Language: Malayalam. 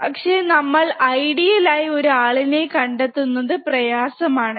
പക്ഷേ നമ്മൾ ഐഡിയിൽ ആയി ഒരു ആളിനെ കണ്ടെത്തുന്നത് പ്രയാസമാണു